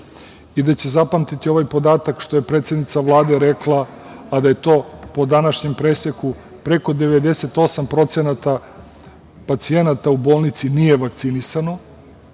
i da će zapamtiti ovaj podatak koji je predsednica Vlade rekla, a da je to da po današnjem preseku preko 98% pacijenata u bolnici nije vakcinisano.